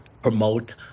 promote